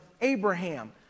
Abraham